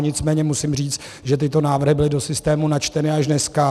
Nicméně musím říct, že tyto návrhy byly do systému načteny až dneska.